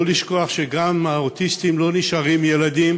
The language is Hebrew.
לא לשכוח שגם האוטיסטים לא נשארים ילדים,